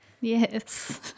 Yes